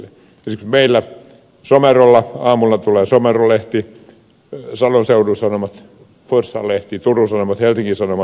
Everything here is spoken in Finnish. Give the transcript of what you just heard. esimerkiksi meillä somerolla aamulla tulee somero lehti salon seudun sanomat forssan lehti turun sanomat helsingin sanomat